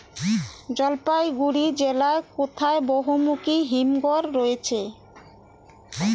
জলপাইগুড়ি জেলায় কোথায় বহুমুখী হিমঘর রয়েছে?